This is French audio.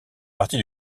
partie